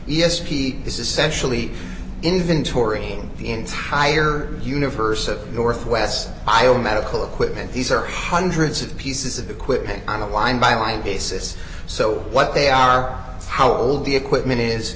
this essentially inventorying the entire universe of northwest iowa medical equipment these are hundreds of pieces of equipment on a line by line basis so what they are how old the equipment is